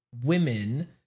women